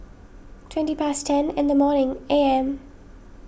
twenty past ten in the morning A M